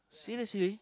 seriously